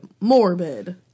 MORBID